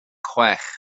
chwech